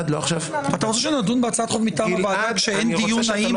אתה רוצה שנדון בהצעת חוק כשאין דיון האם